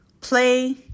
Play